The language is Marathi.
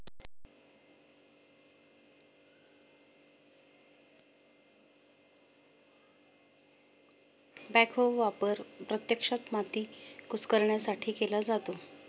बॅकहो वापर प्रत्यक्षात माती कुस्करण्यासाठी केला जातो